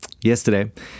yesterday